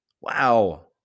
Wow